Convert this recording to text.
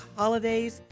holidays